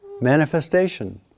manifestation